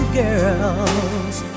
girl's